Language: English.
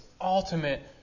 ultimate